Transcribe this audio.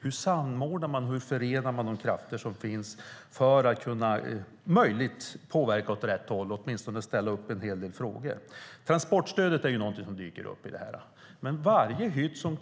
Hur samordnar och förenar man de krafter som finns för att möjligtvis påverka åt rätt håll eller åtminstone ställa en hel del frågor? Frågan om transportstödet dyker upp. Antalet hytter som